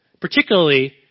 particularly